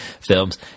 films